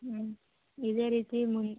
ಹ್ಞೂ ಇದೇ ರೀತಿ ಮುನ್